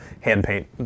hand-paint